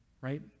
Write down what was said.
right